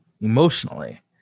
emotionally